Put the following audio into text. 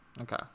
okay